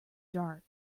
dark